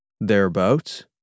Thereabouts